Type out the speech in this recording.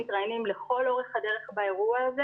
מתראיינים לכול אורך הדרך באירוע הזה